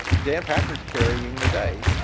dan patrick's carrying the day.